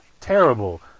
Terrible